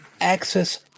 access